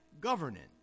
governance